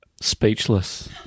Speechless